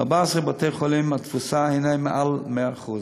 ב-14 בתי-חולים התפוסה היא מעל ל-100%,